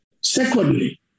Secondly